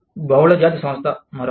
బహుళజాతి సంస్థ మరొకటి